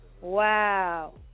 Wow